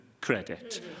credit